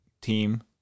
team